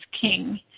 king